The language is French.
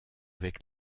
avec